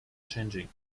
changing